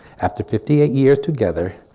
after fifty eight years together,